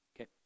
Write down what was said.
Okay